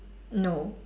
no